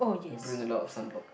bring a lot of sunblock